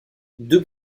deux